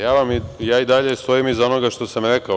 Ja i dalje stojim iza onoga što sam rekao.